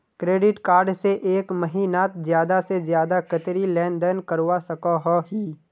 Credit card से एक महीनात ज्यादा से ज्यादा कतेरी लेन देन करवा सकोहो ही?